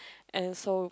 and so